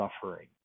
suffering